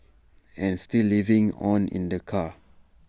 and still living on in the car